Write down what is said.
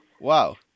Wow